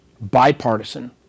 bipartisan